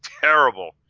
Terrible